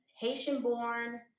Haitian-born